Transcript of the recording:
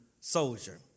soldier